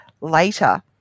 later